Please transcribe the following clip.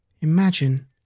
imagine